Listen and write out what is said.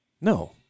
No